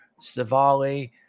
Savali